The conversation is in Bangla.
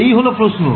এই হল প্রশ্ন